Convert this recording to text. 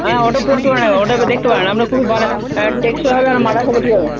হ্যাঁ ওটাও পড়তে পারেন ওটা দেখতে পারেন আপনার খুবই মানে টেকসই হবে আর মারার হবে